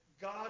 God